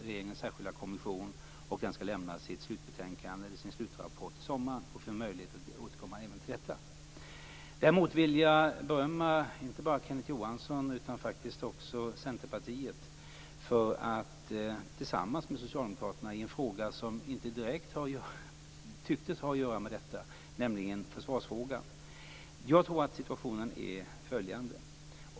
Regeringens särskilda kommission arbetar med detta, och den skall lämna sin slutrapport till sommaren. Det blir möjligheter att återkomma även till detta. Däremot vill jag berömma inte bara Kenneth Johansson utan faktiskt också Centerpartiet för uppgörelsen med Socialdemokraterna i en fråga som inte direkt tycktes ha att göra med detta, nämligen försvarsfrågan. Jag tror att situationen är följande.